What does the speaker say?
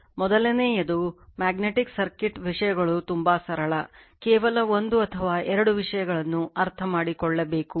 ಮೊದಲನೆಯದು magnetic circuit ವಿಷಯಗಳು ತುಂಬಾ ಸರಳ ಕೇವಲ ಒಂದು ಅಥವಾ ಎರಡು ವಿಷಯಗಳನ್ನು ಅರ್ಥಮಾಡಿಕೊಳ್ಳಬೇಕು